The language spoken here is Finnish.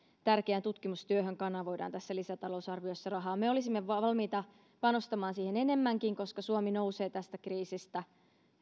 tärkeään tutkimustyöhön kanavoidaan tässä lisätalousarviossa rahaa me olisimme valmiita panostamaan siihen enemmänkin koska suomi nousee tästä kriisistä